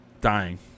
dying